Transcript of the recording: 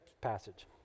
passage